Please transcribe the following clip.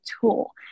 tool